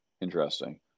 Interesting